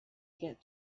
get